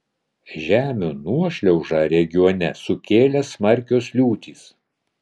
žemių nuošliaužą regione sukėlė smarkios liūtys